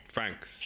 thanks